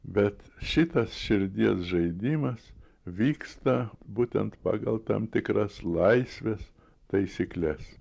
bet šitas širdies žaidimas vyksta būtent pagal tam tikras laisvės taisykles